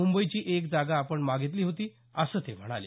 मुंबईची एक जागा आपण मागितली होती असं ते म्हणाले